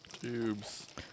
Tubes